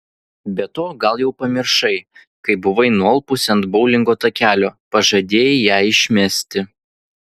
be to gal jau pamiršai kai buvai nualpusi ant boulingo takelio pažadėjai ją išmesti